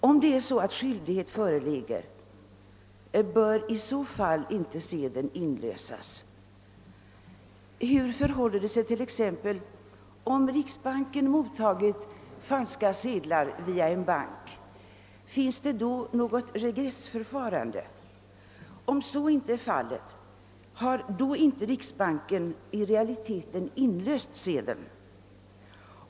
Om sådan skyldighet föreligger, bör i så fall inte sedeln inlösas? Hur förhåller det sig vidare t.ex. om riksbanken mottagit falska sedlar via en bank? Tillämpas då något regressförfarande? Om så inte är fallet, har då inte riksbanken i realiteten inlöst sedeln?